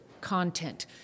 content